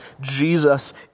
Jesus